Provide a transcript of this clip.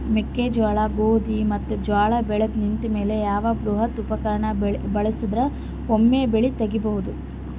ಮೆಕ್ಕೆಜೋಳ, ಗೋಧಿ ಮತ್ತು ಜೋಳ ಬೆಳೆದು ನಿಂತ ಮೇಲೆ ಯಾವ ಬೃಹತ್ ಉಪಕರಣ ಬಳಸಿದರ ವೊಮೆ ಬೆಳಿ ತಗಿಬಹುದು?